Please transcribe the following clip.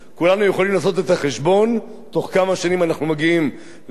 כולנו יכולים לעשות את החשבון בתוך כמה שנים אנחנו מגיעים ל-800,000,